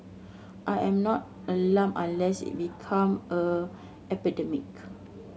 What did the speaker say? I am not alarmed unless it become a epidemic